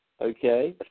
okay